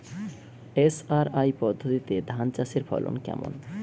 SRI পদ্ধতি ধান চাষের ফলন কেমন?